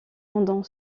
pendant